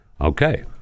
okay